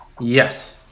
Yes